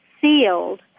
sealed